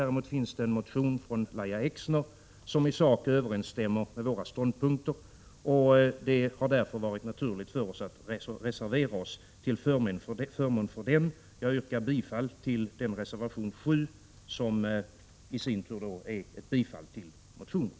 Däremot finns det en motion från Lahja Exner som i sak överensstämmer med våra ståndpunkter. Det har därför varit naturligt för oss att reservera oss för förmån för den. Jag yrkar bifall till reservation 7, som i sin tur är ett bifall till motionen.